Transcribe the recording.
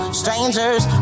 strangers